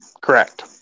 correct